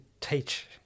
teach